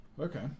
Okay